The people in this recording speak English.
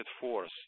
force